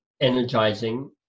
energizing